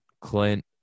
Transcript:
Clint